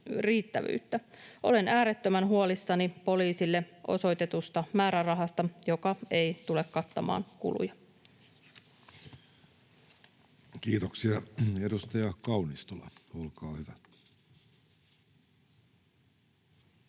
Olen äärettömän huolissani poliisille osoitetusta määrärahasta, joka ei tule kattamaan kuluja. Kiitoksia. — Edustaja Kaunistola, olkaa hyvä.